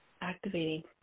activating